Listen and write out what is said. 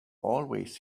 always